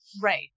Right